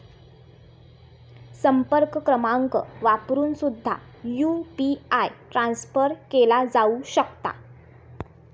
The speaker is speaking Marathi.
संपर्क क्रमांक वापरून सुद्धा यू.पी.आय ट्रान्सफर केला जाऊ शकता